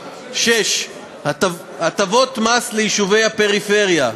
6. הטבות מס ליישובי הפריפריה,